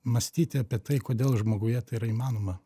mąstyti apie tai kodėl žmoguje tai yra įmanoma